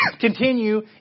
continue